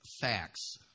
facts